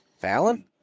Fallon